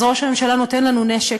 אז ראש הממשלה נותן לנו נשק,